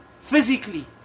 physically